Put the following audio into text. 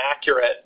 accurate